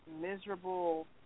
miserable